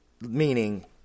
meaning